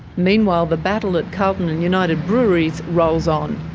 meanwhile the battle at carlton and united brewery rolls on.